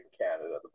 Canada